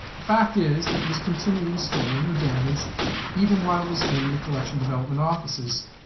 the fact is, that it was continually stolen or damaged even while it was in the collection development offices,